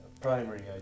primary